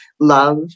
love